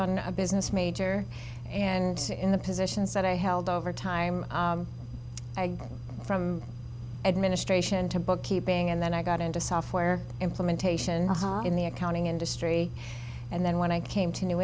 on a business major and in the positions that i held over time i got from administration to bookkeeping and then i got into software implementation in the accounting industry and then when i came to new